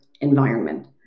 environment